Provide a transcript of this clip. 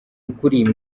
ukuri